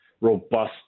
robust